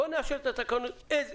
נאשר את התקנות as is,